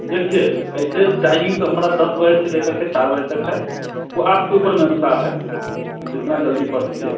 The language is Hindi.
देखिए ऐसे टाइमिंग तो हमारा दस बजे से ले कर के चार बजे तक है तो आपके ऊपर में अनुसार है जितना जल्दी पढ़ लीजिए